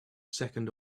second